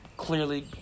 Clearly